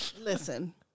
Listen